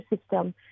system